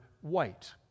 white